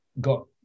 got